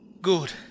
Good